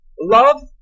love